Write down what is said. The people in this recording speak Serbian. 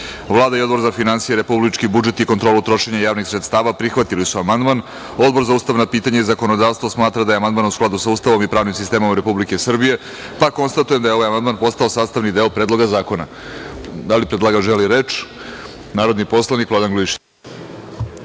i Odbor za finansije, republički budžet i kontrolu trošenja javnih sredstava prihvatili su amandman. Odbor za ustavna pitanja i zakonodavstvo smatra da je amandman u skladu sa Ustavom i pravnim sistemom Republike Srbije. Konstatujem da je ovaj amandman postao sastavni deo Predloga zakona. Da li predlagač želi reč? (Da.)Reč ima narodni poslanik Vladan Glišić.